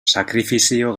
sakrifizio